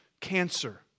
cancer